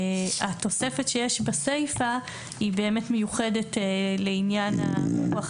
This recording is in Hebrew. התוספת שיש בסיפה היא באמת מיוחדת לעניין הפיקוח